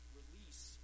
release